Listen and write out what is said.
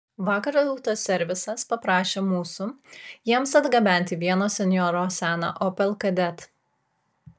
vakar autoservisas paprašė mūsų jiems atgabenti vieno senjoro seną opel kadett